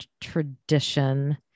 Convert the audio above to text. tradition